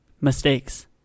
mistakes